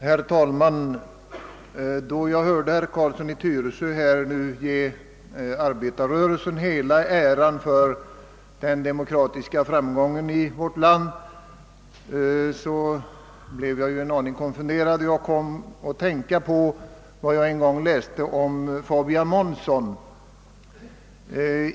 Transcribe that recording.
Herr talman! Då jag hörde herr Carlsson i Tyresö ge arbetarrörelsen hela äran för den demokratiska framgången i vårt land blev jag en aning konfunderad, och jag kom att tänka på vad jag en gång läste om Fabian Månsson.